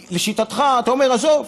לשיטתך, אתה אומר: עזוב.